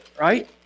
right